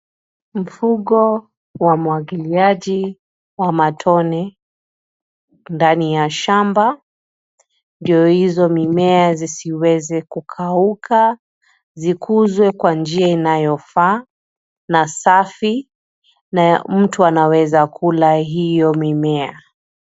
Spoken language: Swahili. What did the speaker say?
Mfumo wa umwagiliaji wa matone ndani ya shamba ndio hizo mimea zisiweze kukauka, zikuzwe kwa njia inayofaa na safi na mtu anaweza kula hio mimea.